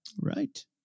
Right